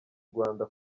rwanda